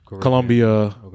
Colombia